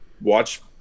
watch